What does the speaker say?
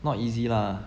not easy lah